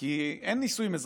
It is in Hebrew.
כי אין נישואים אזרחיים.